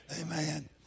Amen